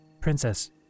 Princess